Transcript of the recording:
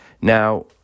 Now